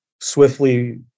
swiftly